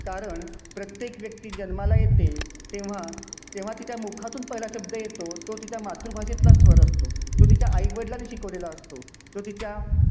कारण प्रत्येक व्यक्ती जन्माला येते तेव्हा तेव्हा तिच्या मुखातून पहिला शब्द येतो तो तिच्या मातृभाषेतला स्वर असतो तो तिच्या आईवडिलांनी शिकवलेला असतो तो तिच्या